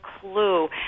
clue